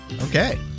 Okay